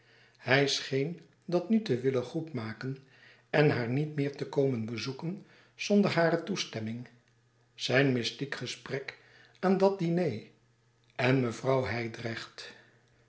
hij scheen dat nu te willen goed maken en haar niet meer te komen bezoeken zonder hare toestemming zijn mystiek gesprek aan dat diner en mevrouw hijdrecht